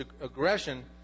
aggression